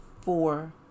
four